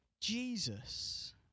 Jesus